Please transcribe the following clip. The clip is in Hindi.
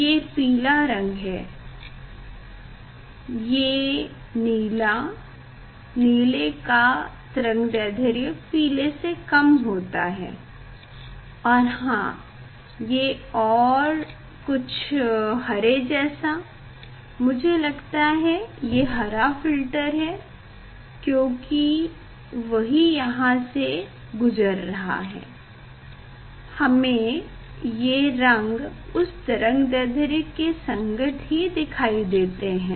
ये पीला रंग है ये नीला नीले का तरंगदैढ्र्य पीले से कम होता है और हाँ ये कुछ हरे जैसा मुझे लगता है ये हरा फ़िल्टर है क्योंकि वही यहाँ से गुजर रहा है हमें ये रंग उस तरंगदैढ्र्य के संगत ही दिखाई देते हैं